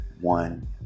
one